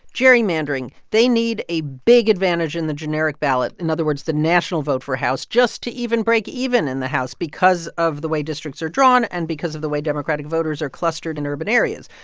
gerrymandering. they need a big advantage in the generic ballot in other words, the national vote for house just to even break even in the house because of the way districts are drawn and because of the way democratic voters are clustered in urban areas.